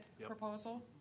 proposal